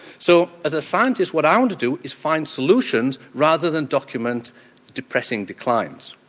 so as a scientist what i want to do is find solutions rather than document depressing declines.